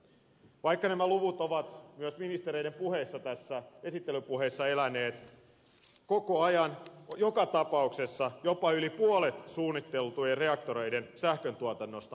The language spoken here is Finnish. vaikka nämä luvut ovat myös ministereiden esittelypuheissa eläneet koko ajan joka tapauksessa jopa yli puolet suunniteltujen reaktoreiden sähköntuotannosta menisi vientiin